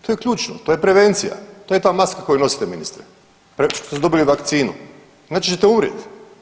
To je ključno, to je prevencija to je ta maska koju nosite ministre što su dobili vakcinu inače ćete umrijet.